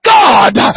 God